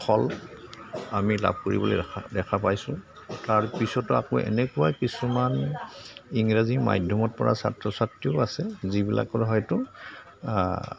ফল আমি লাভ কৰিবলৈ দেখা দেখা পাইছোঁ তাৰপিছতো আকৌ এনেকুৱা কিছুমান ইংৰাজী মাধ্যমত পঢ়া ছাত্ৰ ছাত্ৰীও আছে যিবিলাকৰ হয়তো